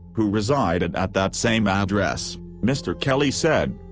who resided at that same address, mr. kelly said.